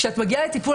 כשאת מגיעה לטיפול,